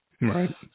Right